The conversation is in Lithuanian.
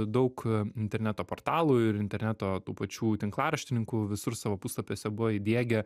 daug interneto portalų ir interneto tų pačių tinklaraštininkų visur savo puslapiuose buvo įdiegę